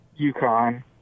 UConn